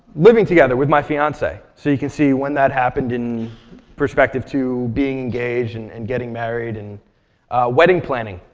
living together with my fiancee. so you can see when that happened in perspective to being engaged and and getting married. and wedding planning,